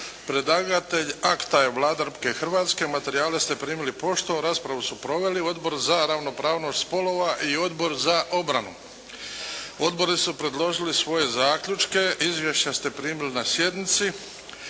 Predlagatelj akta je Vlada Republike Hrvatske. Materijale ste primili poštom. Raspravu su proveli Odbor za ravnopravnost spolova i Odbor za obranu. Odbori su predložili svoje zaključke. Izvješća ste primili na sjednici.